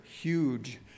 huge